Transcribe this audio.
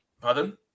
Pardon